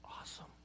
Awesome